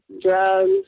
drugs